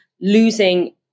losing